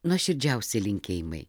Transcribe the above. nuoširdžiausi linkėjimai